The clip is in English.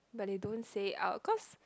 but they don't say it out cause